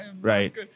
right